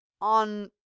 on